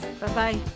Bye-bye